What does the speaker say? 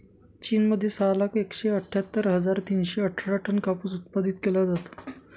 चीन मध्ये सहा लाख एकशे अठ्ठ्यातर हजार तीनशे अठरा टन कापूस उत्पादित केला जातो